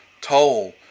toll